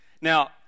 Now